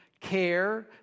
care